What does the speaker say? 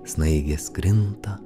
snaigės krinta